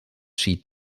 schied